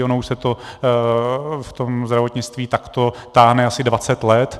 Ono už se to v tom zdravotnictví takto táhne asi dvacet let.